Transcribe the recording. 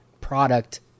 product